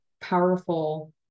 powerful